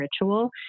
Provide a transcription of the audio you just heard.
ritual